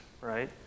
right